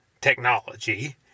technology